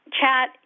chat